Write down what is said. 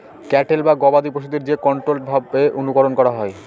cattle বা গবাদি পশুদের যে কন্ট্রোল্ড ভাবে অনুকরন করা হয়